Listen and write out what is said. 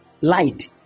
light